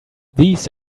these